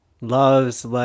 loves